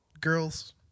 girls